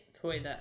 Toilet